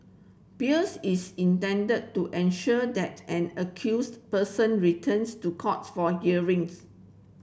bails is intended to ensure that an accused person returns to court for hearings